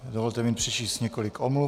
Dovolte mi přečíst několik omluv.